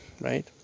right